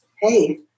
hey